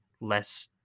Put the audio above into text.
less